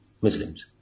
Muslims